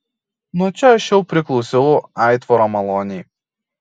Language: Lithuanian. nuo čia aš jau priklausiau aitvaro malonei